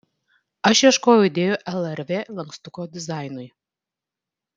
aš ieškojau idėjų lrv lankstuko dizainui